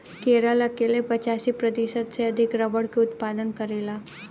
केरल अकेले पचासी प्रतिशत से अधिक रबड़ के उत्पादन करेला